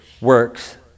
works